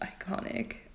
iconic